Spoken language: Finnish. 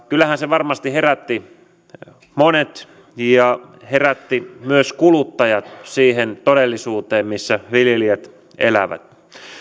kyllähän se varmasti herätti monet ja herätti myös kuluttajat siihen todellisuuteen missä viljelijät elävät